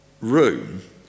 room